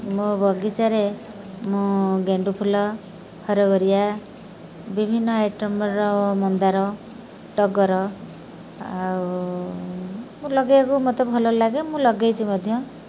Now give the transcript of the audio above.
ମୋ ବଗିଚାରେ ମୁଁ ଗେଣ୍ଡୁଫୁଲ ହରଗୌରିଆ ବିଭିନ୍ନ ଆଇଟମର ମନ୍ଦାର ଟଗର ଆଉ ଲଗେଇବାକୁ ମୋତେ ଭଲଲାଗେ ମୁଁ ଲଗେଇଛି ମଧ୍ୟ